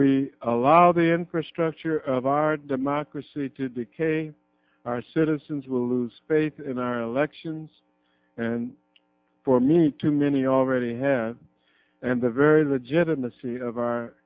we allow the infrastructure of our democracy to decay our citizens will lose faith in our elections and for me too many already have and the very legitimacy of our